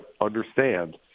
understand